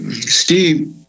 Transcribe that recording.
Steve